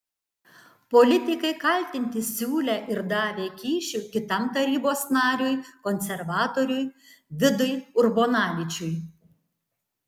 politikai kaltinti siūlę ir davę kyšių kitam tarybos nariui konservatoriui vidui urbonavičiui